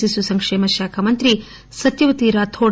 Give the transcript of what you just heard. శిశు సంకేమ శాఖా మంత్రి సత్యవతిరాథోడ్